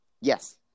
Yes